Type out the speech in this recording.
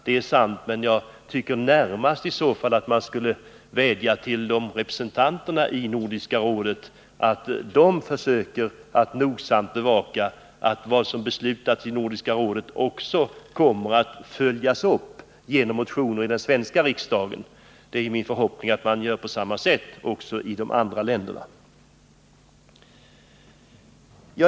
Det är sant, men jag tycker närmast att man skall vädja till representanterna i Nordiska rådet att de nogsamt söker bevaka att det som beslutats i Nordiska rådet också kommer att följas upp genom motioner i den svenska riksdagen. Det är min förhoppning att man gör på samma sätt i de andra länderna.